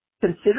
Consider